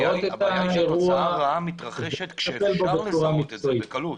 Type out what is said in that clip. תוצאה רעה מתרחשת כשאפשר לזהות את זה בקלות.